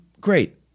Great